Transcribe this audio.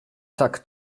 tak